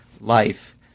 life